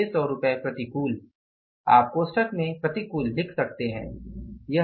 2600 प्रतिकूल आप कोष्ठक में प्रतिकूल लिख सकते हैं